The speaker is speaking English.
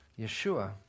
Yeshua